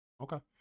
Okay